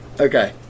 Okay